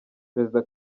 perezida